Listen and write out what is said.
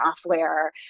software